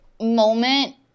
moment